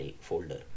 folder